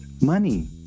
money